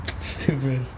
Stupid